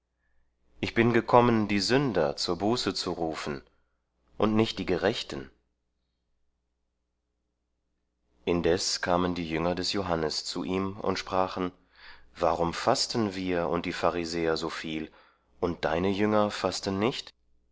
ich bin gekommen die sünder zur buße zu rufen und nicht die gerechten indes kamen die jünger des johannes zu ihm und sprachen warum fasten wir und die pharisäer so viel und deine jünger fasten nicht